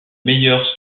meilleurs